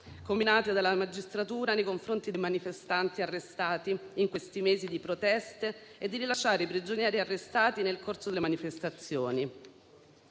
comminate dalla magistratura nei confronti dei manifestanti arrestati in questi mesi di proteste e di rilasciare i prigionieri arrestati nel corso delle manifestazioni.